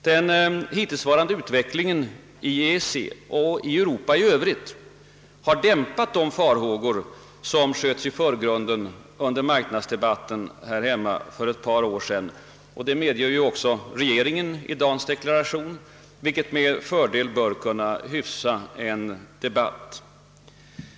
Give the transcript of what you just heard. Den hittillsvarande utvecklingen i EEC och i Europa i övrigt har dämpat de far hågor som under marknadsdebatten här ' hemma sköts i förgrunden för ett par år sedan. Detta medger också regeringen i dagens deklaration, vilket bör kunna hyfsa debatten.